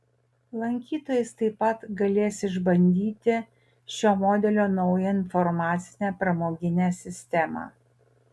lankytojais taip pat galės išbandyti šio modelio naują informacinę pramoginė sistemą